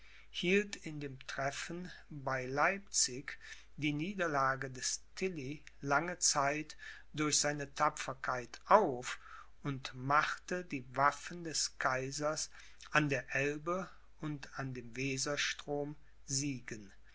in dem treffen bei leipzig die niederlage des tilly lange zeit durch seine tapferkeit auf und machte die waffen des kaisers an der elbe und an dem weserstrom siegen